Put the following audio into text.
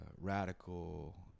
radical